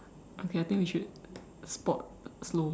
okay I think we should spot slower